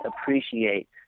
appreciate